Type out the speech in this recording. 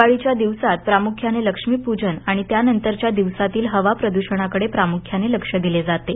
दिवाळीच्या दिवसांत प्रामुख्याने लक्ष्मीपूजन आणि त्यानंतरच्या दिवसांतील हवा प्रदूषणाकडे प्रामुख्याने लक्ष दिले जाते